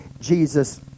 Jesus